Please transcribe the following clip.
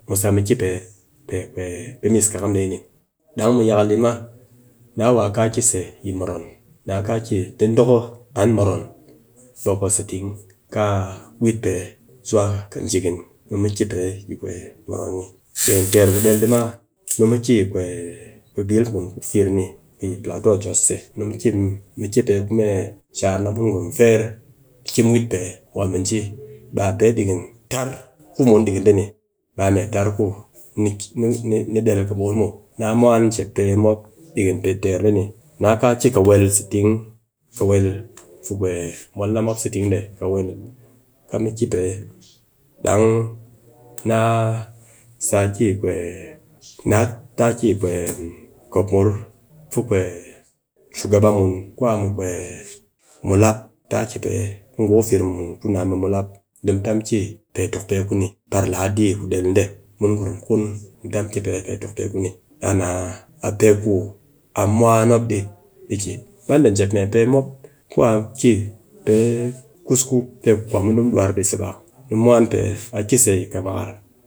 mu sa mu ki pe pe miskakam dee ni, dang mu yakal di ma daa wa ka ki se yi moron, na ka ki nidoko an moron, bokos se ting, ka a wit pe, har kɨjikin be mo ki pe moron ni, pe teer ma be nu mu ki pe yi yil mun ku ffir ni yi platou jos se, nu mu ki, mu ki pe dɨ mu le shaar a ku gurum fer, mu ki mu wit pe wa mu ji ɓe pe dikin tar. ku mun dikin de ni, ba mee par ku ni del kɨbukun muw. na mwan shipe mop dikin mee teer dee ni. Na ka ki kawel se ting, kawel fi mol na mop se ting dee, kawel, kaa mu ki pe dang naa sa ki na ta ki kopmur fi shugaba mun ku mulap, ta ki pe ngu ku fir mun ku nɨ a mulap, mu ta mu ki pe tokpe ku ni par ladi ku del, mun gurum kun mu ta muyy ki pe pe tokpe ku ni, daa naa a pe ku a mwan mop di ki bande jep mee pe mop ku a ki pe kus ku pe ku kwa mun di duwar di se bak, nu mu mwan pe, a ki se kaban